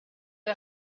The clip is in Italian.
due